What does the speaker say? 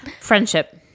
friendship